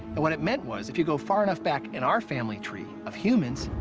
and what it meant was, if you go far enough back in our family tree of humans,